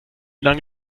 lange